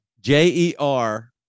j-e-r